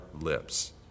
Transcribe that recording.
lips